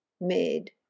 made